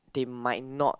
they might not